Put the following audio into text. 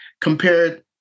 compared